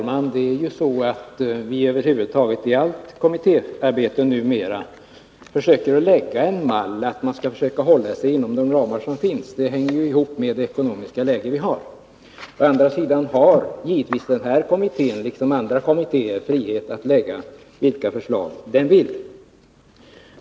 Herr talman! Vi försöker numera i allt kommittéarbete göra upp en mall för att kommittén skall försöka hålla sig inom de ramar som finns. Det hänger ihop med vårt ekonomiska läge. Den här kommittén har givetvis, liksom andra kommittéer, frihet att lägga fram vilka förslag som helst.